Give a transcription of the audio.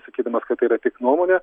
sakydamas kad tai yra tik nuomonė